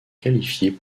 qualifiés